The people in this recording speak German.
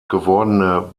gewordene